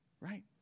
right